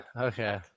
okay